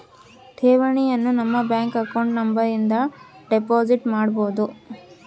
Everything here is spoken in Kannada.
ಠೇವಣಿಯನು ನಮ್ಮ ಬ್ಯಾಂಕ್ ಅಕಾಂಟ್ ನಂಬರ್ ಇಂದ ಡೆಪೋಸಿಟ್ ಮಾಡ್ಬೊದು